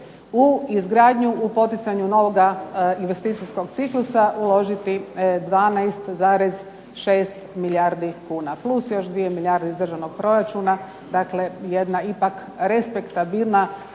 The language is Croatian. u izgradnju, u poticanju novoga investicijskog ciklusa uložiti 12,6 milijardi kuna plus još 2 milijarde iz državnog proračuna, dakle jedna ipak respektabilna